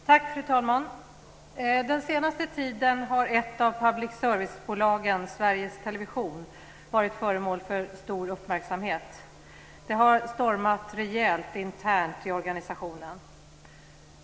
Fru talman! Den senaste tiden har ett av public service-bolagen, Sveriges Television, varit föremål för stor uppmärksamhet. Det har stormat rejält internt i organisationen.